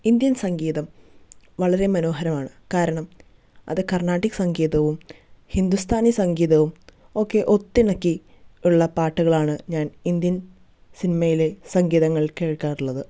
Indian സംഗിതം വളരെ മനോഹരമാണ് കാരണം അത് കർണാടിക്ക് സംഗീതവും ഹിന്ദുസ്ഥാനി സംഗീതവും ഒക്കെ ഒത്തിണക്കി ഉള്ള പാട്ടുകളാണ് ഞാൻ ഇന്ത്യൻ സിനിമയിലെ സംഗിതങ്ങളിൽ കേൾക്കാറുള്ളത്